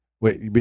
Wait